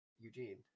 Eugene